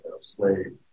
slave